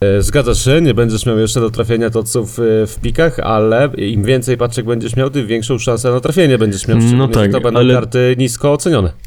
E, zgadza się, nie będziesz miał jeszcze do trafienia Totsów, e, w pikach, ale im więcej paczek będziesz miał, tym większą szansę na trafienie będziesz miał, No szczególnie, że tak, to będą ale- karty nisko ocenione.